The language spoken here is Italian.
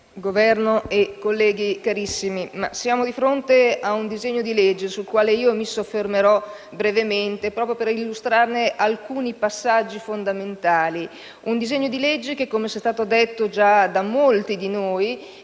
Governo, colleghi carissimi, siamo di fronte ad un disegno di legge sul quale mi soffermerò brevemente proprio per illustrarne alcuni passaggi fondamentali. Si tratta di un provvedimento che, com'è stato detto già da molti di noi,